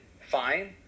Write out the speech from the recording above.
fine